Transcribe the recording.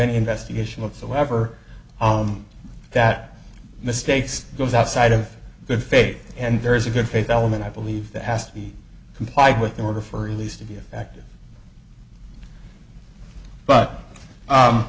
any investigation of so ever on that misstates goes outside of good faith and there is a good faith element i believe that has to be complied with in order for release to be a factor but